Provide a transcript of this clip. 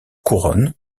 couronne